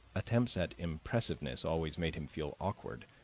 attempts at impressiveness always made him feel awkward,